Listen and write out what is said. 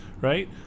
right